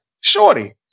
shorty